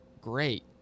great